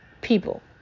People